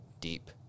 deep